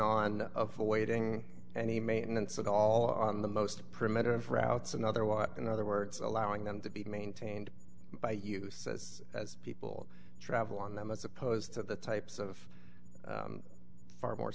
waiting any maintenance at all on the most primitive routes another while in other words allowing them to be maintained by usus as people travel on them as opposed to the types of far more